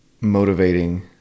motivating